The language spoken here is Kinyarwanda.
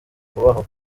kubaho